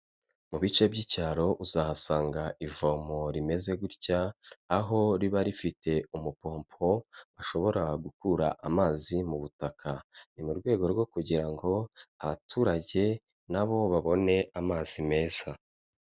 Mu bice by'icyaro uzahasanga ivomo rimeze gutya, aho riba rifite umupompo ushobora gukura amazi mu butaka. Ni mu rwego rwo kugira ngo abaturage na bo babone amazi meza.